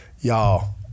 y'all